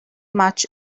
much